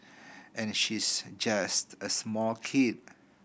and she's just a small kid